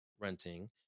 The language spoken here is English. renting